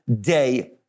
day